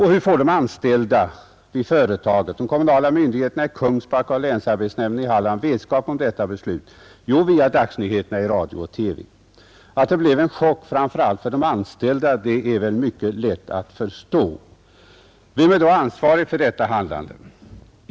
Hur får de anställda vid företaget, de kommunala myndigheterna i Kungsbacka och länsarbetsnämnden i Halland vetskap om detta beslut? Jo, via dagsnyheterna i radio och TV. Att det blev en chock, framför allt för de anställda, är mycket lätt att förstå. Vem är då ansvarig för detta handlande?